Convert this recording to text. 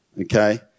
okay